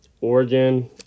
Oregon